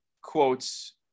quotes